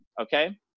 Okay